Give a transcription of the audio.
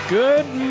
good